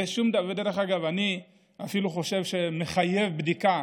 ודרך אגב, אני אפילו חושב שזה מחייב בדיקה,